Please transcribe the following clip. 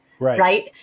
Right